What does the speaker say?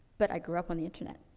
but i grew up on the internet.